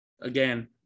Again